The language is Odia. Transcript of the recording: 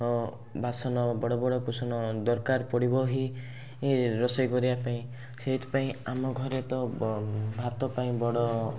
ବାସନ ବଡ଼ ବଡ଼ କୁସନ ଦରକାର ପଡ଼ିବ ହିଁ ରୋଷେଇ କରିବା ପାଇଁ ସେଇଥିପାଇଁ ଆମ ଘରେ ତ ବ ଭାତ ପାଇଁ ବଡ଼